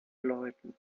läuten